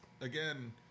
Again